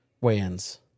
weigh-ins